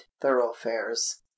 thoroughfares